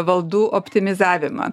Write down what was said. valdų optimizavimą